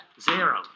Zero